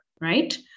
right